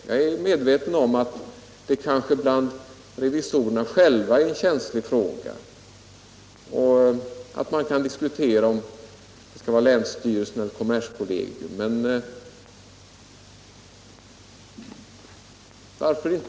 Jag är medveten om att detta bland revisorerna själva är en känslig fråga och att man kan diskutera om det borde vara länsstyrelsen eller kommerskollegium som skulle utse dem.